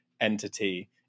entity